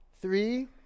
three